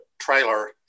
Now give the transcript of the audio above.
trailer